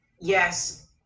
yes